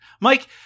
Mike